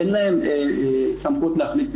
אין להם סמכות להחליט.